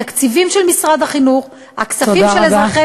התקציבים של משרד החינוך, הכספים של אזרחי